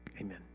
Amen